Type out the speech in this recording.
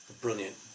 brilliant